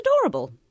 adorable